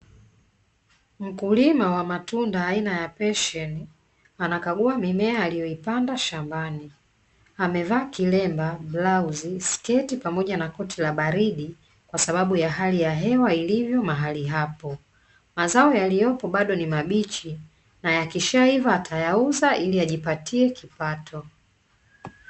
Mkulima wa matunda aina ya pasheni, anakagua mimea aliyoipanda shambani amevaa kilemba, blauzi, sketi pamoja na koti la baridi kwa sababu ya hali ya hewa ilivyo mahali hapo, mazao yaliyopo bado ni mabichi na yakishaiva atayauza ili ajipatie kipato.